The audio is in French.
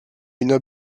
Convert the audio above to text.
une